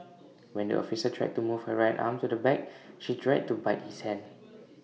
when the officer tried to move her right arm to the back she tried to bite his hand